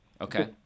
Okay